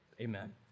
Amen